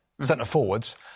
centre-forwards